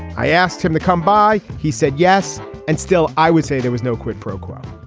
i asked him to come by. he said yes and still i would say there was no quid pro quo